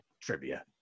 trivia